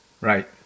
Right